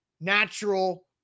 natural